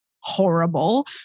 horrible